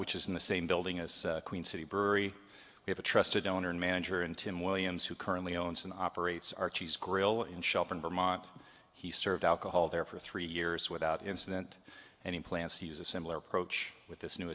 which is in the same building as queen city brewery we have a trusted owner and manager in tim williams who currently owns and operates our cheese grill in shop in vermont he served alcohol there for three years without incident and he plans to use a similar approach with this new